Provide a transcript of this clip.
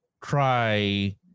try